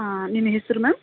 ಹಾಂ ನಿಮ್ಮ ಹೆಸ್ರು ಮ್ಯಾಮ್